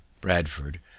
Bradford